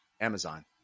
Amazon